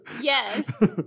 Yes